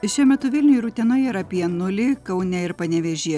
šiuo metu vilniuj ir utenoj yra apie nulį kaune ir panevėžyje